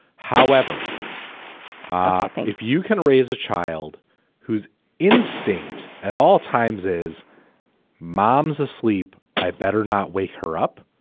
however i think if you can raise a child who's instinct at all times is mom's asleep i better not wake her up